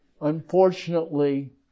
unfortunately